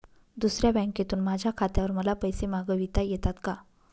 दुसऱ्या बँकेतून माझ्या खात्यावर मला पैसे मागविता येतात का?